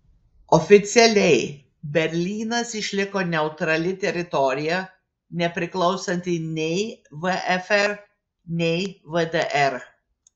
oficialiai berlynas išliko neutrali teritorija nepriklausanti nei vfr nei vdr